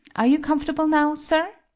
are you comfortable now, sir?